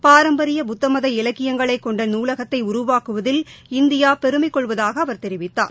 பாரம்பரிய புத்தமத இலக்கியங்களைக் கொண்ட நூலகத்தை உருவாக்குவதில் இந்தியா பெருமைக் கொள்வதாக அவர் தெரிவித்தார்